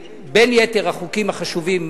בין יתר החוקים החשובים,